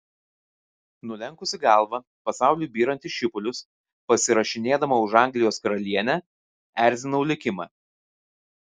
nulenkusi galvą pasauliui byrant į šipulius pasirašinėdama už anglijos karalienę erzinau likimą